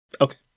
Okay